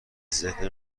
ذهن